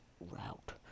route